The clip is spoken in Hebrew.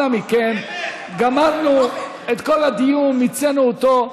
אנא מכם, גמרנו את כל הדיון, מיצינו אותו.